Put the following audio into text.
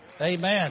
Amen